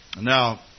Now